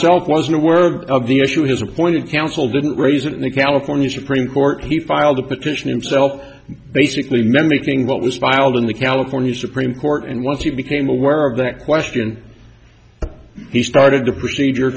self wasn't aware of the issue his appointed counsel didn't raise and the california supreme court he filed the petition himself basically men making what was filed in the california supreme court and once he became aware of that question he started the procedure